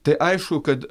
tai aišku kad